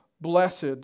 Blessed